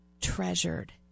treasured